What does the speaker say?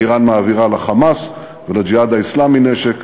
איראן מעבירה ל"חמאס" ול"ג'יהאד האסלאמי" נשק.